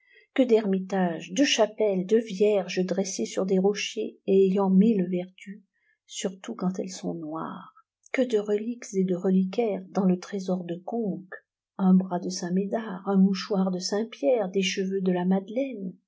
que d'ermitages de chapelles de vierges dressées sur des rochers et ayant mille vertus surtout quand elles sont noires que de reliques et de reliquaires dans le trésor de conques un bras de saint médard un mouchoir de saint pierre des cheveux de la madeleine